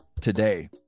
today